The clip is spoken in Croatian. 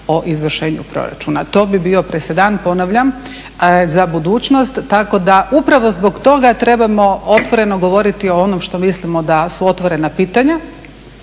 o izvršenju proračuna. To bi bio presedan, ponavljam za budućnost. Tako da upravo zbog toga trebamo otvoreno govoriti o onom što mislimo da su otvorena pitanja